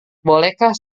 bolehkah